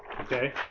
Okay